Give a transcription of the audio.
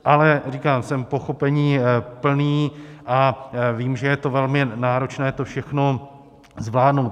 Ale říkám, jsem pochopení plný a vím, že je velmi náročné to všechno zvládnout.